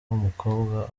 umukobwa